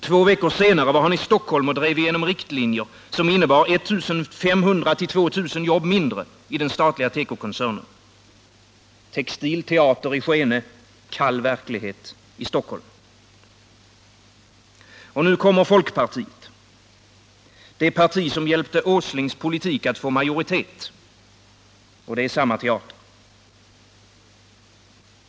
Två veckor senare var han i Stockholm och drev igenom riktlinjer som innebar 1 500-2 000 jobb mindre i den statliga tekokoncernen. Textil teater i Skene — kall verklighet i Stockholm. Nu kommer folkpartiet, det parti som hjälpte Åslings politik att få majoritet. Och det är samma teater.